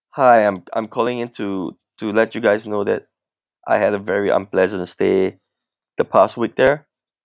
hi I'm I'm calling in to to let you guys know that I had a very unpleasant stay the past week there